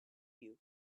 you